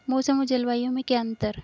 मौसम और जलवायु में क्या अंतर?